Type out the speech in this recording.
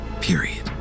period